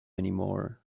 anymore